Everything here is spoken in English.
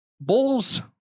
bulls